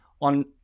on